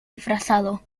disfrazado